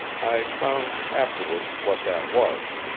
i found, afterwards, what that was.